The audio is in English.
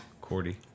Cordy